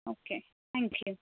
okay thank you